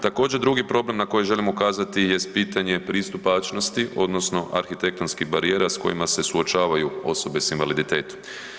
Također, drugi problem na koji želim ukazati jest pitanje pristupačnosti odnosno arhitektonskih barijera s kojima se suočavaju osobe s invaliditetom.